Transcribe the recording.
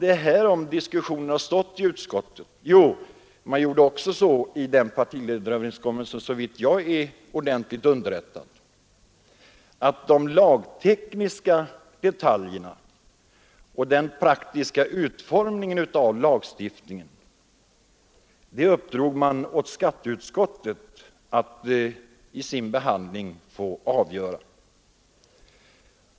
Det är om detta som diskussionen har stått i utskottet. Om jag är rätt informerad blev man också vid dessa förhandlingar med partiledarna överens om att uppdra åt skatteutskottet att ordna de lagtekniska detaljerna och den praktiska utformningen av lagstiftningen. Vi har också haft de frågorna uppe till behandling i utskottet.